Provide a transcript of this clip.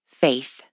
faith